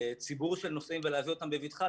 ציבור של נוסעים ולהביא ואתם בבטחה,